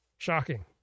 Shocking